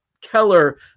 Keller